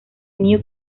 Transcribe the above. new